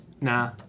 Nah